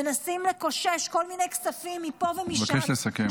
מנסים לקושש כל מיני כספים מפה ומשם -- אבקש לסכם.